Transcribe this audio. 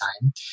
time